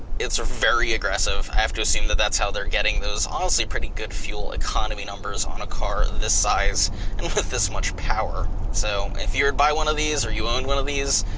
it's very aggressive, i have to assume that that's how they're getting those, honestly pretty good fuel economy numbers on a car this size and with this much power. so if you're, buy one of these and you own one of these,